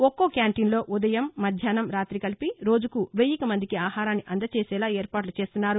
ఒక్కో క్యాంటీన్లో ఉదయం మధ్యాహ్నం రాతి కలిపి రోజుకు వెయ్యి మందికి ఆహారాన్ని అందజేసేలా ఏర్పాట్లు చేస్తున్నారు